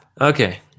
Okay